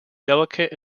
delicate